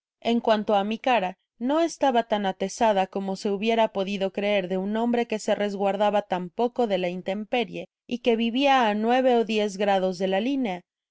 en cuanto á mi cara no estaba tan atezada como se hubiera podido creer de un hombre que se resguardaba tan poco de la intemperie y que vivia á nueve ó diez grados de la linea